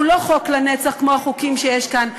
הוא לא חוק לנצח כמו החוקים שיש כאן.